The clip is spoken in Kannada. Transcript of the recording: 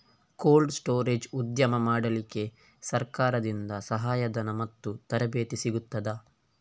ಕೋಲ್ಡ್ ಸ್ಟೋರೇಜ್ ಉದ್ಯಮ ಮಾಡಲಿಕ್ಕೆ ಸರಕಾರದಿಂದ ಸಹಾಯ ಧನ ಮತ್ತು ತರಬೇತಿ ಸಿಗುತ್ತದಾ?